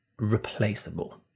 Replaceable